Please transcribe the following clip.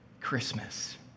Christmas